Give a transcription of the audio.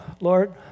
Lord